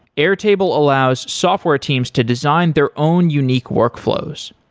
airtable allows software teams to design their own unique workflows.